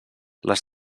les